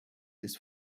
ist